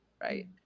right